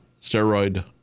steroid